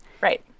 Right